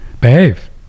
Behave